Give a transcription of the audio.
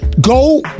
go